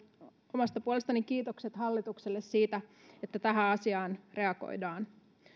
omasta puolestani kiitokset hallitukselle siitä että tähän asiaan reagoidaan